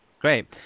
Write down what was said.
Great